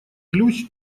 ключ